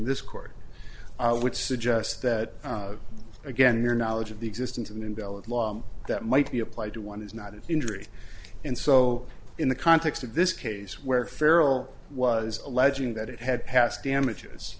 this court which suggests that again your knowledge of the existence of an invalid law that might be applied to one is not an injury and so in the context of this case where feral was alleging that it had passed damages